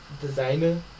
Designer